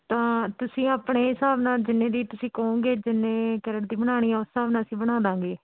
ਤਾਂ ਤੁਸੀਂ ਆਪਣੇ ਹਿਸਾਬ ਨਾਲ ਜਿੰਨੇ ਦੀ ਤੁਸੀਂ ਕਹੋਗੇ ਜਿੰਨੇ ਕੈਰਿਟ ਦੀ ਬਣਾਉਣੀ ਆ ਉਸ ਹਿਸਾਬ ਨਾਲ ਅਸੀਂ ਬਣਾ ਦਾਂਗੇ